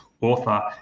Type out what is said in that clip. author